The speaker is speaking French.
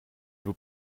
vous